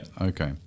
Okay